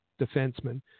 defenseman